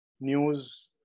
news